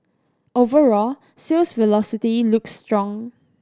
overall sales velocity looks strong